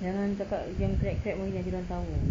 jangan cakap yang great great only yang kita orang tahu